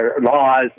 laws